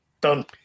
done